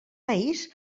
país